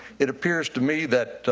it appears to me that